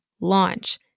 launch